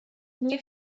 nie